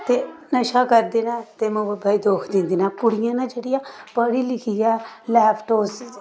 ते नशा करदे न ते माऊ बब्बै गी दुख दिंदे न कुड़ियां न जेह्ड़ियां पढ़ी लिखियै लैपटाप्स